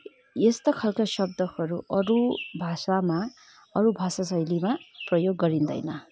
यस्तो खालको शब्दहरू अरू भाषामा अरू भाषा शैलीमा प्रयोग गरिँदैन